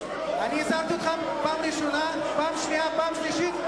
הזהרתי אתכם פעם ראשונה, פעם שנייה ופעם שלישית.